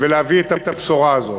ולהביא את הבשורה הזאת.